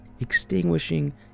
extinguishing